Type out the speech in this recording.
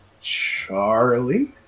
Charlie